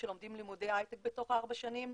שלומדים לימודי הייטק בתוך ארבע שנים,